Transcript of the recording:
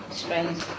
strange